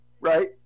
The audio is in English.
right